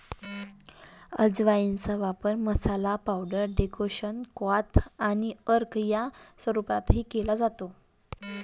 अजवाइनचा वापर मसाला, पावडर, डेकोक्शन, क्वाथ आणि अर्क या स्वरूपातही केला जातो